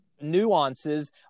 nuances